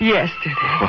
Yesterday